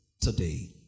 today